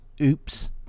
Oops